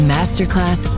Masterclass